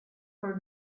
for